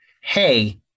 hey